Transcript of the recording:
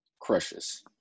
crushes